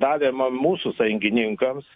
davėm mūsų sąjungininkams